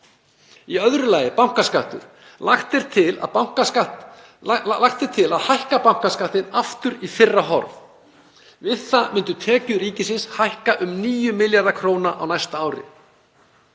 Austurlands. 2. Lagt er til að hækka bankaskattinn aftur í fyrra horf. Við það myndu tekjur ríkisins hækka um 9 milljarða kr. á næsta ári.